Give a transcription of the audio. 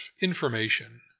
information